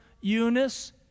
Eunice